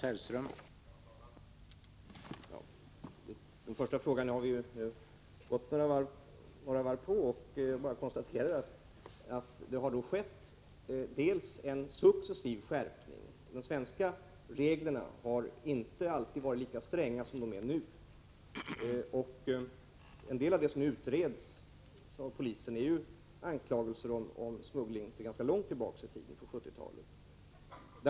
Herr talman! När det gäller den första frågan har vi redan gått ett par varv. Jag vill bara konstatera att det skett en successiv skärpning; de svenska reglerna har inte alltid varit lika stränga som de är nu. En del av de saker som utreds av polisen är anklagelser om smuggling ganska långt tillbaka i tiden — redan på 1970-talet.